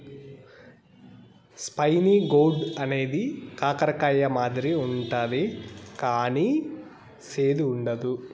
spiny gourd అనేది కాకర కాయ మాదిరి ఉంటది కానీ సేదు ఉండదు